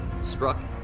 struck